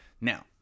Now